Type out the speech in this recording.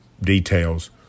details